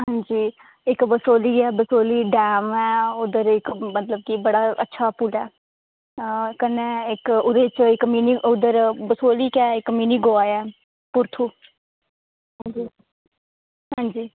अंजी बसोहली ऐ इक्क बसोहली डैम ऐ उद्धर की इक्क मतलब अच्छा पुल ऐ ते कन्नै गै इक्क उद्धर मिनी गोवा ऐ पुरथू अंजी अंजी